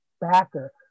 backer